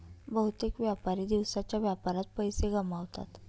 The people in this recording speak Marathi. बहुतेक व्यापारी दिवसाच्या व्यापारात पैसे गमावतात